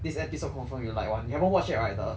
this episode confirm you like [one] you haven't watch yet right the